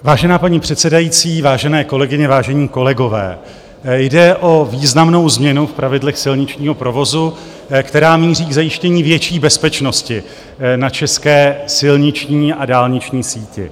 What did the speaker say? Vážená paní předsedající, vážené kolegyně, vážení kolegové, jde o významnou změnu v pravidlech silničního provozu, která míří k zajištění větší bezpečnosti na české silniční a dálniční síti.